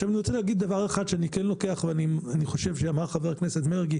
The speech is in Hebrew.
עכשיו אני רוצה להגיד דבר אחד שאני כן לוקח ואני חושב שאמר ח"כ מרגי,